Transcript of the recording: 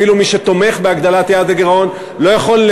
אפילו מי שתומך בהגדלת יעד הגירעון לא יכול,